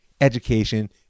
education